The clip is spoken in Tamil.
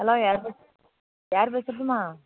ஹலோ யார் பேசுறா யார் பேசுகிறதும்மா